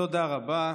תודה רבה.